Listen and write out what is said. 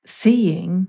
seeing